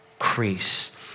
increase